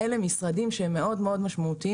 אלו משרדים שהם מאוד מאוד משמעותיים,